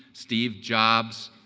steve jobs,